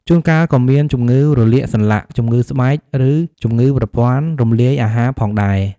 ជួនកាលក៏មានជំងឺរលាកសន្លាក់ ជំងឺស្បែក ឬជំងឺប្រព័ន្ធរំលាយអាហារផងដែរ។